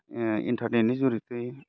ओ इन्टारनेटनि जुरितै